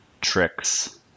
tricks